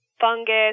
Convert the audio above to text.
fungus